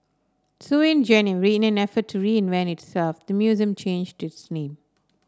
so in January in an effort to reinvent itself the museum changed its name